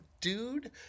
dude